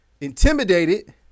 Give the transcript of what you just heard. intimidated